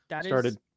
started